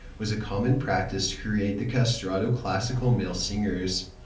was a common practice to create the castrato classical male singers.